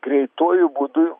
greituoju būdu